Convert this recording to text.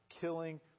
killing